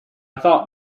thought